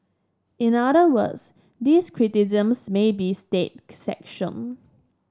in other words this criticisms may be state sanctioned